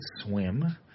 Swim